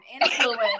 influence